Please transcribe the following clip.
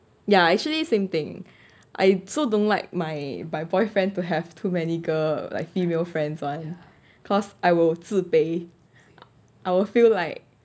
ya actually same thing I so don't like my boyfriend to have too many girl like female friends [one] cause I will 自卑 I will feel like